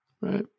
Right